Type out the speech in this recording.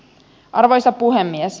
arvoisa puhemies